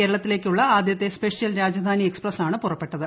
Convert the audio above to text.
കേരളത്തിലേക്കുള്ള ആദ്യത്തെ സ്പെഷ്യൽ രാജധാനി എക്സ്പ്രസ്സാണ് പുറപ്പെട്ടത്